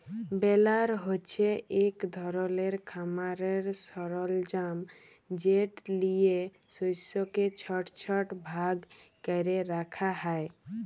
বেলার হছে ইক ধরলের খামারের সরলজাম যেট লিঁয়ে শস্যকে ছট ছট ভাগ ক্যরে রাখা হ্যয়